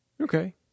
Okay